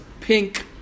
pink